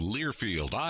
Learfield